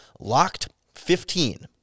LOCKED15